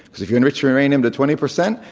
if you enrich uranium to twenty percent,